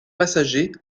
passagers